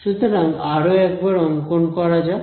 সুতরাং আরো একবার অংকন করা যাক